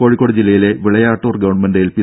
കോഴിക്കോട് ജില്ലയിലെ Vilayattur government LP